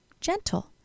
gentle